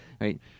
Right